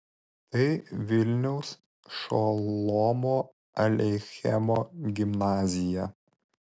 tai vilniaus šolomo aleichemo gimnazija